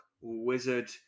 wizard